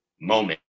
moment